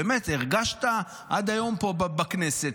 שהרגשת באמת עד היום פה בכנסת.